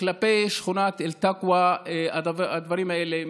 כלפי שכונת אל-תקווה, הדברים האלה מתרחשים.